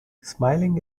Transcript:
smiling